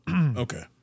Okay